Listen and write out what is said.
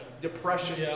Depression